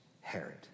Herod